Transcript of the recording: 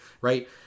Right